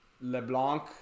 Leblanc